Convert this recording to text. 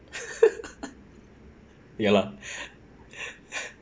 ya lah